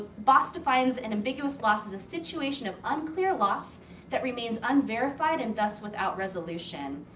boss defines an ambiguous loss as a situation of unclear loss that remains unverified and thus without resolution.